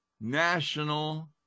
national